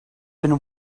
been